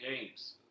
games